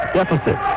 deficit